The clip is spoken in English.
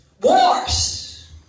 Wars